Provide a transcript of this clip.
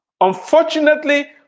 Unfortunately